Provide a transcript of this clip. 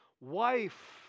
wife